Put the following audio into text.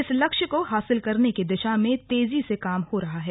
इस लक्ष्य को हासिल करने की दिशा में तेजी से काम हो रहा है